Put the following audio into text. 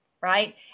Right